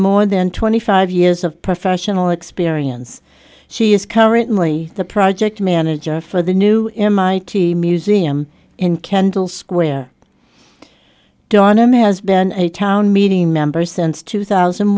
more than twenty five years of professional experience she is currently the project manager for the new mit museum in kendall square dhanam has been a town meeting member since two thousand